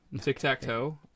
tic-tac-toe